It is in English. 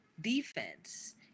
defense